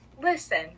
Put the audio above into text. listen